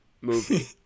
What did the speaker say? movie